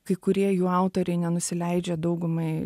kai kurie jų autoriai nenusileidžia daugumai